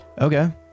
okay